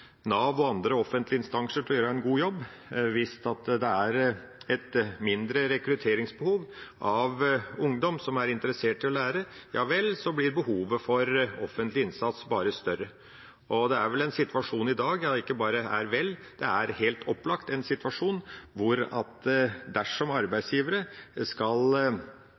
å gjøre en god jobb. Hvis det er mindre rekrutteringsbehov for ungdom som er interessert i å lære, ja vel, så blir behovet for offentlig innsats bare større. Det er vel i dag – ja ikke bare «er vel», det er helt opplagt – en situasjon hvor arbeidsgivere, dersom de skal